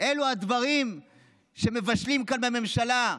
אלו הדברים שמבשלים כאן בממשלה.